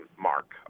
Mark